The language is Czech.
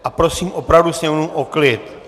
A prosím opravdu sněmovnu o klid!